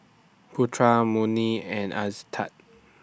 Putra Murni and Aizat